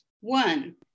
one